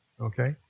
Okay